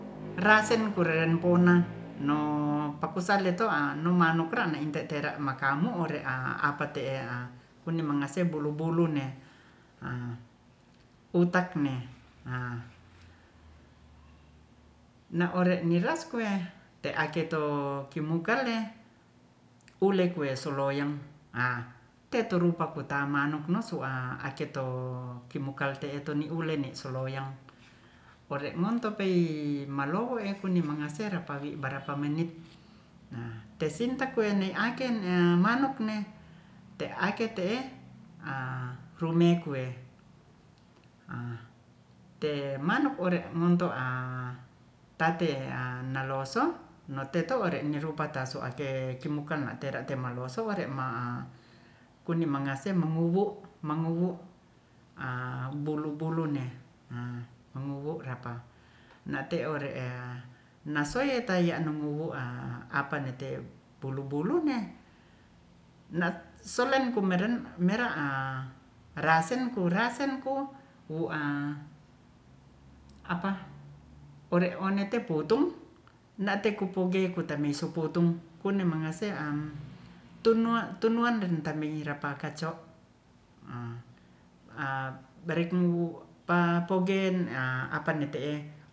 Rasenkureren pouna no pakusalleto'a no manuk ra inte tera makamu ore'a apate'e a kuni mangase bulu-bulunne a uta'ne a na'ore niras kowe te'ake to kimukalle ulekues soloyang a tetoru pakutama manuk no su'a aketo kimukal te'e tuni ulene soloyang ore'ngonto peyi malowo e kuni mangase rapawi barapa menit nah tesinta kowi ne'iake ne manuk ne te'ake te'e a rumekue a te manuk ore' ngonto'a tate'a naloso noteto're nyerupata sua'ke kimukan ate-atera malowa soware ma kuni mangase manguwu- a bulu-bulu ne a manguwu rapa nate'ore e nasoe tayanu nguwu a apane te'e bulu-bulu ngeh na solemkumeren mera'a rasenku- wu'a apah ore'onete putung nate'kupuge kutameisuputung kunemangaseam tunwu- nden tameiara paka cok a- barek mu pa pogen a apane te'e